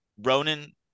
Ronan